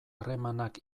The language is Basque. harremanak